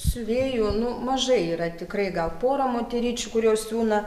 siuvėjų nu mažai yra tikrai gal pora moteryčių kurios siūna